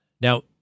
Now